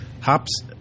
Hops